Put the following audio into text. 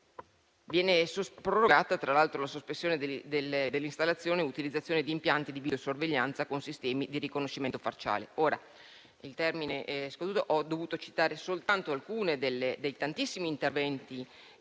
Viene prorogata, tra l'altro, la sospensione dell'installazione e utilizzazione di impianti di videosorveglianza con sistemi di riconoscimento facciale.